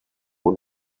want